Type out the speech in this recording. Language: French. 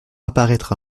apparaître